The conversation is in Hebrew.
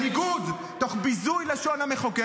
תוך ביזוי לשון המחוקק.